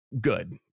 good